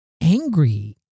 angry